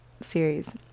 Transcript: series